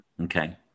Okay